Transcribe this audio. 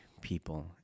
people